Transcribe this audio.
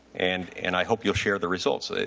and and i hope you'll share the results. ah